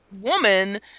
woman